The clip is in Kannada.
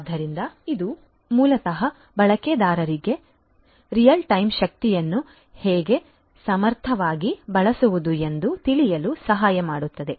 ಆದ್ದರಿಂದ ಇದು ಮೂಲತಃ ಬಳಕೆದಾರರಿಗೆ ರಿಯಲ್ ಟೈಮ್ ಶಕ್ತಿಯನ್ನು ಹೇಗೆ ಸಮರ್ಥವಾಗಿ ಬಳಸುವುದು ಎಂದು ತಿಳಿಯಲು ಸಹಾಯ ಮಾಡುತ್ತದೆ